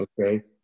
Okay